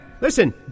listen